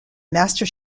master